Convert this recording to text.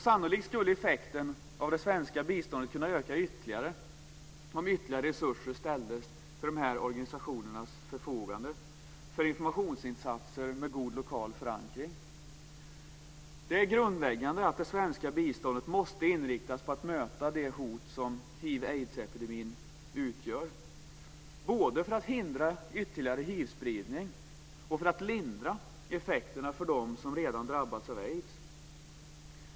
Sannolikt skulle effekten av det svenska biståndet kunna öka ytterligare om mer resurser ställdes till de här organisationernas förfogande för informationsinsatser med god lokal förankring. Det är grundläggande att de svenska biståndet måste inriktas på att möta det hot som hiv/aidsepidemin utgör både för att hindra ytterligare hivspridning och för att lindra effekterna för dem som redan drabbats av aids.